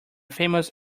famous